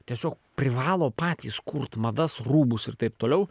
tiesiog privalo patys kurt madas rūbus ir taip toliau